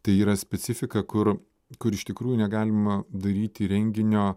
tai yra specifika kur kur iš tikrųjų negalima daryti renginio